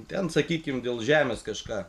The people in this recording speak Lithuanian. ten sakykime dėl žemės kažką